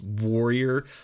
warrior